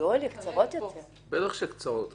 בטח שקצרות יותר.